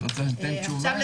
את רוצה שאתן תשובה?